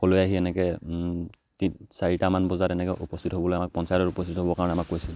সকলোৱে আহি এনেকৈ তি চাৰিটামান বজাত এনেকৈ উপস্থিত হ'বলৈ আমাক পঞ্চায়তত উপস্থিত হ'বৰ কাৰণে আমাক কৈছিলে